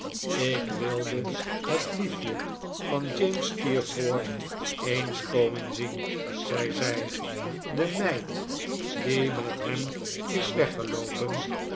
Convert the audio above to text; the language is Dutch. ik wilde het liefje van james steerforth eens komen zien zei zij de meid die met hem is weggeloopen